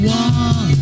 one